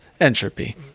Entropy